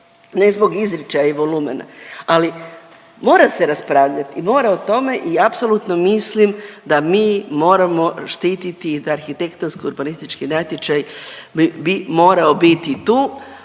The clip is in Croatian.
ne zbog izričaja i volumena, ali mora se raspravljati i mora o tome i apsolutno mislim da mi moramo štititi da arhitektonsko-urbanistički natječaj bi morao biti tu,